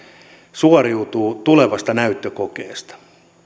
suoriutuu tulevasta näyttökokeesta